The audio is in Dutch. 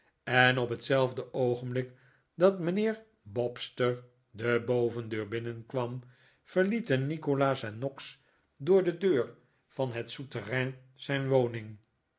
en op hetzelfde oogenblik dat mijnheer bobster de bovendeur binnenkwam verlieten nikolaas en noggs door de deur van het sousterrairi zijn woning